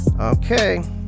Okay